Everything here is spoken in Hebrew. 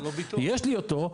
יש לי אותו,